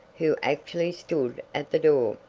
who actually stood at the door.